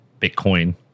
Bitcoin